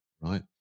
right